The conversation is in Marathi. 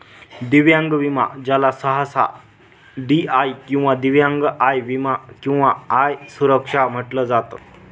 दिव्यांग विमा ज्याला सहसा डी.आय किंवा दिव्यांग आय विमा किंवा आय सुरक्षा म्हटलं जात